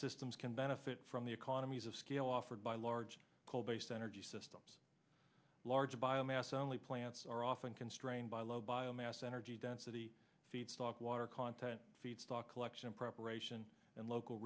systems can benefit from the economies of scale offered by large coal based energy systems large biomass only plants are often constrained by low biomass energy density feedstock water content feedstock collection preparation and local